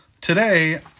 today